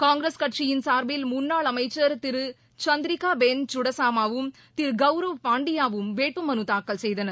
காங்கிரஸ் கட்சியின் சார்பில் முன்னாள் அமைச்சர் திரு சந்திரகாபேன் சுடசாமாவும் திரு கவுரவ் பாண்டியாவும் வேட்பு மனு தாக்கல் செய்தனர்